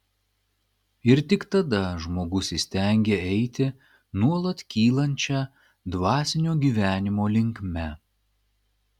ir tik tada žmogus įstengia eiti nuolat kylančia dvasinio gyvenimo linkme